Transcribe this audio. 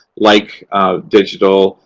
like digital,